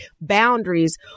boundaries